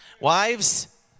Wives